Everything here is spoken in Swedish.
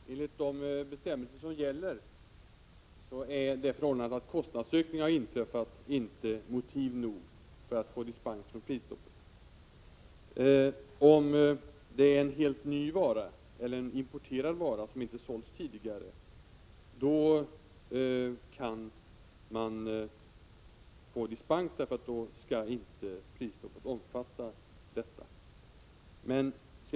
Fru talman! Enligt de bestämmelser som gäller är det förhållandet att kostnadsökning inträffat inte motiv nog för att få dispens från prisstoppet. Om det gäller en helt ny vara, eller importerad vara som inte sålts tidigare, då kan man få dispens och då skall inte prisstoppet omfatta denna vara.